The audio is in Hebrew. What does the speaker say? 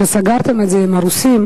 שסגרת את זה עם הרוסים,